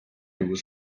was